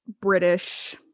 British